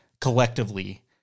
collectively